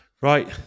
Right